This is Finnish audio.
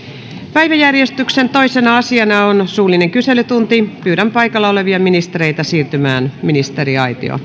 päiväjärjestyksen toisena asiana on suullinen kyselytunti pyydän paikalla olevia ministereitä siirtymään ministeriaitioon